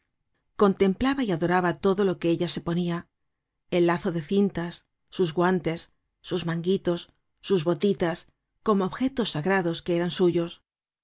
contemplaba y adoraba todo lo que ella se ponia el lazo de cintas sus guantes sus manguitos sus botitas como objetos sagrados que eran suyos